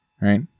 right